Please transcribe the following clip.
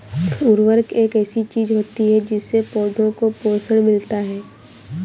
उर्वरक एक ऐसी चीज होती है जिससे पौधों को पोषण मिलता है